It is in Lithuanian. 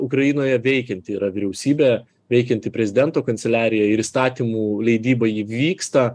ukrainoje veikianti yra vyriausybė veikianti prezidento kanceliarija ir įstatymų leidyba ji vyksta